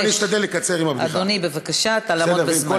כן, רק תיתני לי עוד דקה.